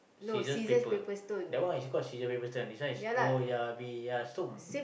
scissors paper that one is called scissor paper stone this one is oh-yah-peh-yah-som